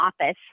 office